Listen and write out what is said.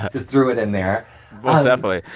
just threw it in there most definitely.